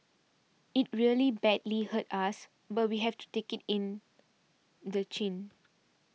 it really badly hurts us but we have to take it in the chin